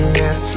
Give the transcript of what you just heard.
yes